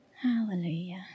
Hallelujah